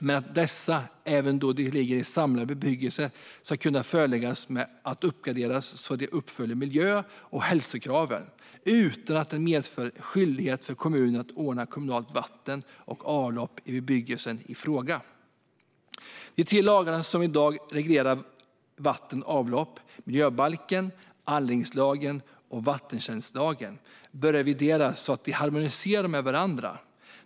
Dessa ska dock, även då de ligger i samlad bebyggelse, kunna föreläggas att uppgraderas så att de uppfyller miljö och hälsokraven utan att detta medför en skyldighet för kommunen att ordna kommunalt vatten och avlopp i bebyggelsen i fråga. De tre lagar som i dag reglerar vatten och avlopp - miljöbalken, anläggningslagen och vattentjänstlagen - bör revideras så att de harmonierar med varandra.